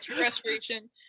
restoration